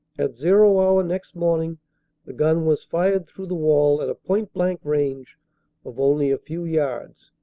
at zero hour next morning the gun was fired through the wall at a point-blank range of only a few yards,